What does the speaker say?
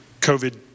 COVID